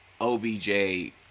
OBJ